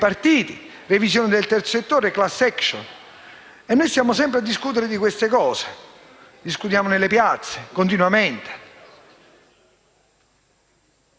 partiti, la revisione del terzo settore, e la *class action*. Noi stiamo sempre a discutere di questo. Discutiamo nelle piazze, continuamente,